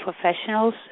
professionals